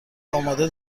آماده